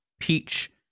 peach